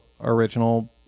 original